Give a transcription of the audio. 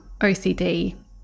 OCD